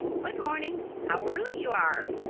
good morning. how early you are!